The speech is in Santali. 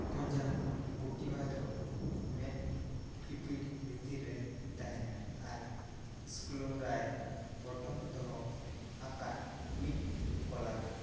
ᱠᱚᱧᱡᱟᱝᱠᱚᱴᱤᱵᱷᱟ ᱫᱚ ᱢᱮᱫ ᱯᱤᱯᱤᱲ ᱵᱷᱤᱛᱤᱨ ᱨᱮ ᱛᱟᱦᱮᱱᱟ ᱟᱨ ᱥᱠᱞᱳᱨᱟᱭ ᱯᱚᱴᱚᱢ ᱫᱚᱦᱚ ᱟᱠᱟᱫ ᱢᱤᱫ ᱠᱚᱞᱟ ᱠᱟᱱᱟ